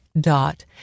dot